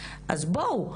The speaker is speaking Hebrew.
אז בואו,